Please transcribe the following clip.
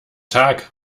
tag